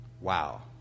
Wow